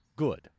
good